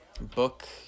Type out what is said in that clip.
Book